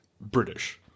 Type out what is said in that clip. British